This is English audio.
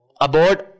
aboard